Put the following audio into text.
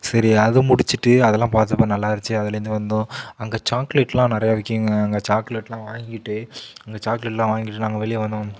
சரி அது முடிச்சிட்டு அதெலாம் பார்த்தப்ப நல்லாருந்துச்சி அதுலேருந்து வந்தோம் அங்கே சாக்லேட்லாம் நிறைய விற்குங்க அங்கே சாக்லேட்லாம் வாங்கிட்டு அங்கே சாக்லேட்லாம் வாங்கிட்டு நாங்க வெளிய வந்தோம்